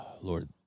lord